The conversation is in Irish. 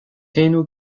aonú